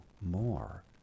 more